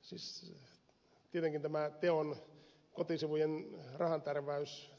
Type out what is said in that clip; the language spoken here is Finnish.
siis tietenkin tämä teon kotisivujen rahantärväys